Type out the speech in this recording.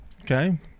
okay